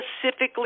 specifically